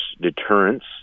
deterrence